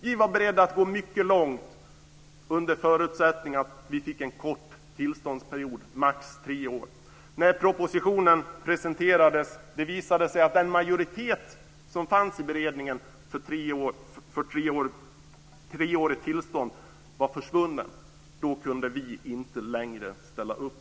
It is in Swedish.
Vi var beredda att gå mycket långt under förutsättning att vi fick en kort tillståndsperiod på maximalt tre år. När propositionen presenterades visade det sig att den majoritet som fanns i beredningen för ett treårigt tillstånd var försvunnen. Då kunde vi inte längre ställa upp.